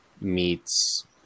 meets